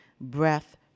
breath